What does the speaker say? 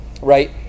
Right